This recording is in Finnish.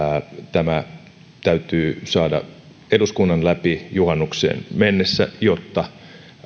tämä täytyy saada eduskunnan läpi juhannukseen mennessä jotta